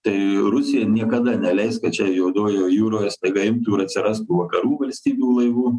tai rusija niekada neleis kad čia juodojoje jūroje staiga imtų ir atsirastų vakarų valstybių laivų